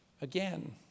again